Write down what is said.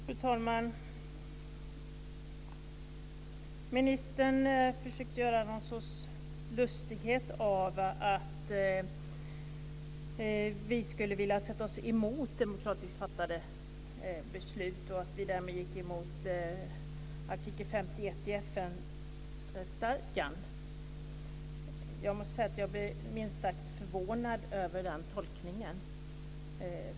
Fru talman! Ministern försökte göra någon sorts lustighet om att vi skulle vilja sätta oss emot demokratiskt fattade beslut och att vi därmed gick emot artikel 51 i FN-stadgan. Jag måste säga att jag blev minst sagt förvånad över den tolkningen.